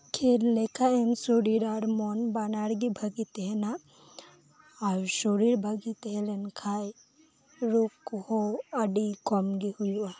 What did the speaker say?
ᱠᱷᱮᱞ ᱞᱮᱠᱷᱟᱱ ᱥᱚᱨᱤᱨ ᱟᱨ ᱢᱚᱱ ᱵᱟᱱᱟᱨ ᱜᱮ ᱵᱷᱟᱹᱜᱤ ᱛᱟᱦᱮᱱᱟ ᱟᱨ ᱥᱚᱨᱤᱨ ᱵᱷᱟᱹᱜᱤ ᱛᱟᱦᱮᱸᱞᱮᱱ ᱠᱷᱟᱱ ᱨᱳᱜᱽ ᱠᱚᱦᱚᱸ ᱟᱹᱰᱤ ᱠᱚᱢ ᱜᱮ ᱦᱩᱭᱩᱜᱼᱟ